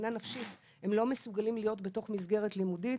לא מסוגלים להיות בתוך מסגרת לימודית.